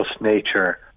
nature